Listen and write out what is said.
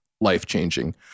life-changing